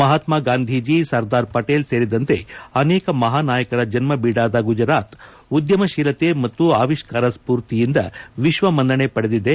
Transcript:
ಮಹಾತ್ನಾ ಗಾಂಧೀಜಿ ಸರ್ದಾರ್ ಪಟೇಲ್ ಸೇರಿದಂತೆ ಅನೇಕ ಮಹಾ ನಾಯಕರ ಜನ್ನ ಬೀಡಾದ ಗುಜರಾತ್ ಉದ್ಯಮಶೀಲತೆ ಮತ್ತು ಆವಿಷ್ಕಾರ ಸ್ಪೂರ್ತಿಯಿಂದ ವಿಶ್ವ ಮನ್ನಣೆ ಪಡೆದಿದೆ